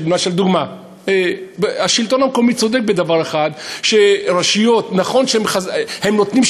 עכשיו דוגמה: השלטון המקומי צודק בדבר אחד: שהרשויות נותנות שירותים,